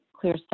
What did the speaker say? clear